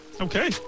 Okay